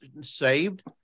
saved